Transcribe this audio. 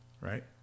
right